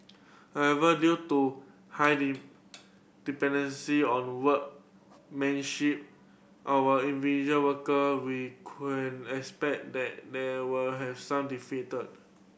however due to high dependency on workmanship of individual worker we can expect that there will have some defected